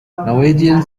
norwegian